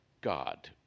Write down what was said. God